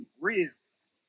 ribs